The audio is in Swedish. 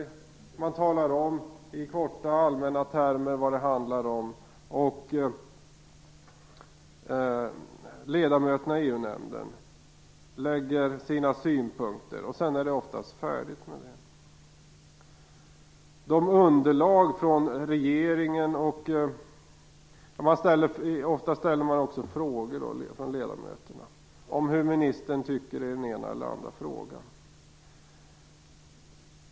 De berättar i korta och allmänna termer vad det hela handlar om, ledamöterna i EU-nämnden lägger fram sina synpunkter och ställer frågor om hur ministern tycker i den ena eller den andra frågan. Sedan är det oftast färdigt i och med detta.